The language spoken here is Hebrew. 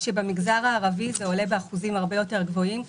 כאשר במגזר הערבי הם עולים באחוזים הרבה יותר גבוהים: